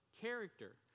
character